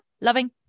loving